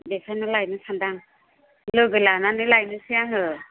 बेखायनो लायनो सानदां लोगो लानानै लायनोसै आङो